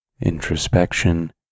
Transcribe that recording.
introspection